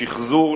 לשחזור,